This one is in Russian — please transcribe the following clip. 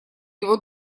его